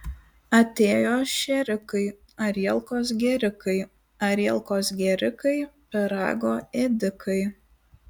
atėjo šėrikai arielkos gėrikai arielkos gėrikai pyrago ėdikai